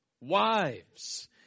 wives